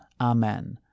Amen